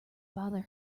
bother